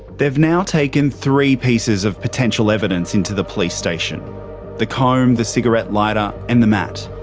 they've now taken three pieces of potential evidence in to the police station the comb, the cigarette lighter and the mat.